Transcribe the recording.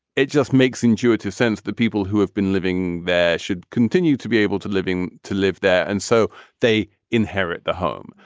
it just makes intuitive sense that people who have been living there should continue to be able to live to live there. and so they inherit the home.